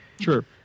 Sure